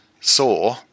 saw